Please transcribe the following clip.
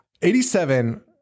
87